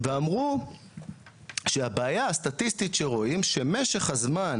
ואמרו שהבעיה הסטטיסטית שרואים שמשך הזמן